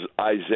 Isaiah